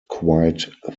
quite